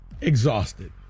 Exhausted